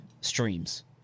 streams